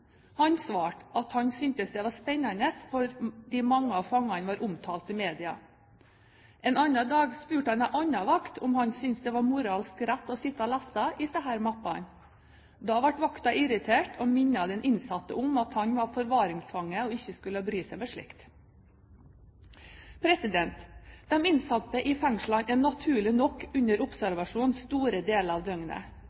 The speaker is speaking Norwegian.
Han svarte at han syntes det var spennende fordi mange av fangene var omtalt i media. En annen dag spurte han en annen vakt om han syntes det var moralsk riktig å sitte og lese i disse mappene. Da ble vakten irritert og minnet den innsatte om at han var forvaringsfange og ikke skulle bry seg med slikt. De innsatte i fengslene er naturlig nok under